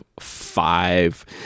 five